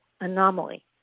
anomaly